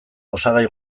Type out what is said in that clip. osagai